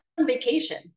vacation